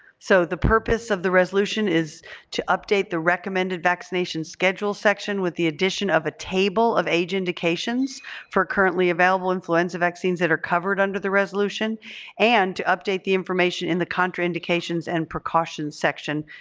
so the purpose of the resolution is to update the recommended vaccination schedule section with the addition of a table of age indications for currently available influenza vaccines that are covered under the resolution and to update the information in the contraindications and precautions section.